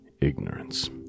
ignorance